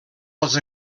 als